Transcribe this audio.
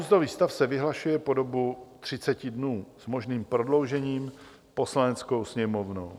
Nouzový stav se vyhlašuje po dobu třiceti dnů s možným prodloužením Poslaneckou sněmovnou.